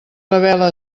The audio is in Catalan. revela